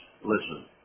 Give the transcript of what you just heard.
listen